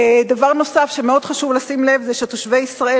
דבר נוסף שמאוד חשוב לשים לב אליו זה שתושבי ישראל